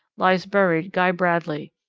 lies buried guy bradley,